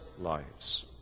lives